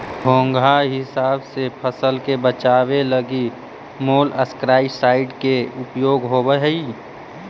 घोंघा इसब से फसल के बचावे लगी मोलस्कीसाइड के उपयोग होवऽ हई